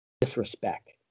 disrespect